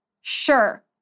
sure